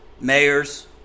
mayors